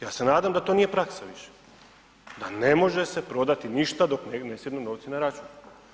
Ja se nadam da to nije praksa više, da ne može se prodati ništa dok ne sjednu novci na račun.